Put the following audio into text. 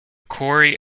corry